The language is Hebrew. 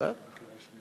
הצבעה, הצבעה.